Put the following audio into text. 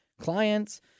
clients